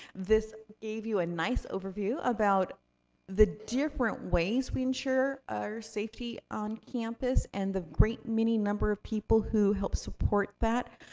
this gave you a nice overview about the different ways we ensure our safety on campus, and the great many number of people who help support that.